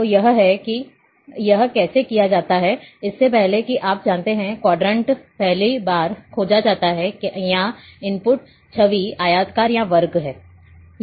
तो यह है कि यह कैसे किया जाता है इससे पहले कि आप जानते हैं क्वाड्रंट पहली बार खोजा जाता है क्या इनपुट छवि आयताकार या वर्ग है